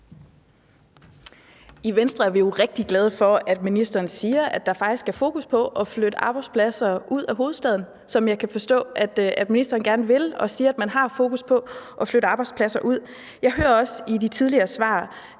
I Venstre er vi jo rigtig glade for, at ministeren siger, at der faktisk er fokus på at flytte arbejdspladser ud af hovedstaden. Det kan jeg forstå ministeren gerne vil, og hun siger, at man har fokus på at flytte arbejdspladser ud. Jeg hører også i de tidligere svar,